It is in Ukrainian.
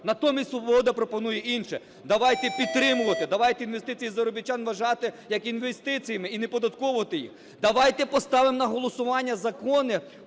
Натомість "Свобода" пропонує інше: давайте підтримувати, давайте інвестиції заробітчан вважати як інвестиціями і не оподатковувати їх. Давайте поставимо на голосування закони